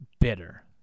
bitter